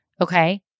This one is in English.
okay